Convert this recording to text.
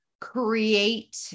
create